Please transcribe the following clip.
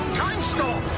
time storm